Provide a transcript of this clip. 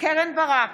קרן ברק,